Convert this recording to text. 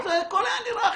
אז הכול היה נראה אחרת.